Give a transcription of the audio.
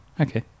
Okay